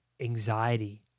Anxiety